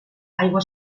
aigua